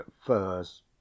first